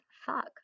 Fuck